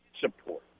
support